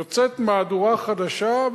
יוצאת מהדורה חדשה,